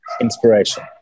inspiration